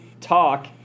talk